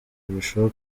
kurushaho